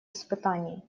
испытаний